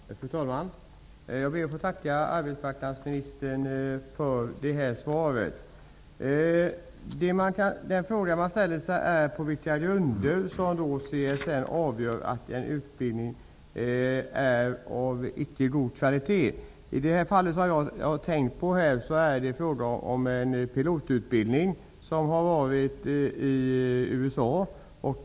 Fru talman! Jag ber att få tacka arbetsmarknadsministern för svaret. Den fråga man ställer sig är på vilka grunder som CSN avgör att en utbildning är av icke-god kvalitet. I det här fallet är det fråga om en pilotutbildning i USA.